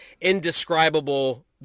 indescribable